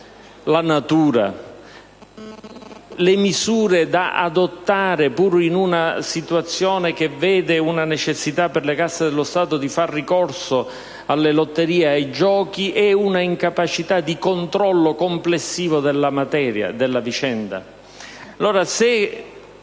la natura, le misure da adottare, pur in una situazione che vede la necessità per le casse dello Stato di fare ricorso alle lotterie e ai giochi e un'incapacità di controllo complessivo della vicenda. Se si